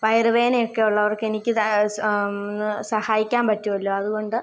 വയറുവേദനയൊക്കെ ഉള്ളവർക്ക് എനിക്ക് സഹായിക്കാൻ പറ്റുമല്ലോ അതുകൊണ്ട്